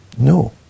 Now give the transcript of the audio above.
No